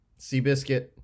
Seabiscuit